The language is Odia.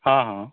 ହଁ ହଁ